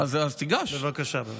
בבקשה.